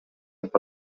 деп